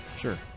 Sure